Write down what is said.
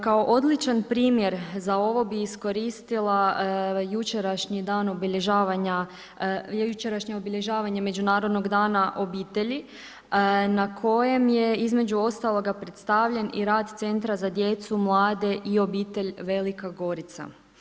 Kao odličan primjer za ovo bih iskoristila jučerašnji dan obilježavanja, jučerašnje obilježavanje Međunarodnog dana obitelji na kojem je, između ostaloga predstavljen i rad Centra za djecu, mlade i obitelj Velika Gorica.